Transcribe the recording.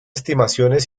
estimaciones